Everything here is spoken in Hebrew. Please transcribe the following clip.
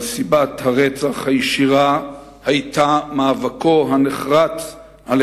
אבל סיבת הרצח הישירה היתה מאבקו הנחרץ על